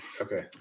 Okay